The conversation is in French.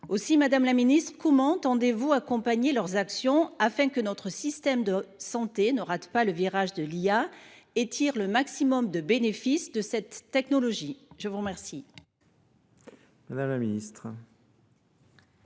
Aussi madame la ministre, comment tendez-vous à accompagner leurs actions afin que notre système de santé ne rate pas le virage de l'IA et tire le maximum de bénéfices de cette technologie ? Je vous remercie.